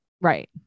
Right